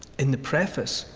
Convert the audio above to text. in the preface,